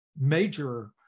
major